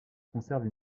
conserve